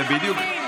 זה בדיוק,